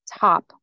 top